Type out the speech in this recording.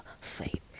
faith